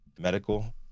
medical